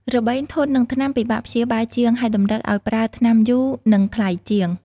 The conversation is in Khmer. របេងធន់នឹងថ្នាំពិបាកព្យាបាលជាង ហើយតម្រូវឱ្យប្រើថ្នាំយូរ និងថ្លៃជាង។